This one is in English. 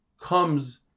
comes